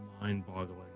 mind-boggling